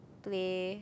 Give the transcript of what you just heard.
today